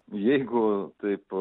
jeigu taip